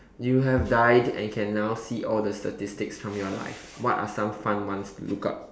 you have died and can now see all the statistic from your life what are some fun ones to look up